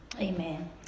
Amen